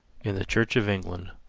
in the church of england,